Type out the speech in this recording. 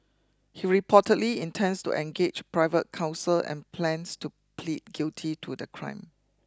he reportedly intends to engage private counsel and plans to plead guilty to the crime